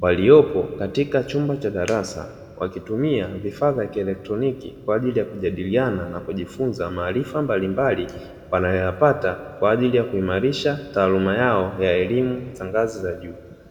waliopo katika chumba cha darasa, wakitumia vifaa vya kielektroniki kwa ajili ya kujadiliana na kujifunza maarifa mbalimbali wanayoyapata kwa ajili ya kuimarisha taaluma yao ya elimu za ngazi za juu.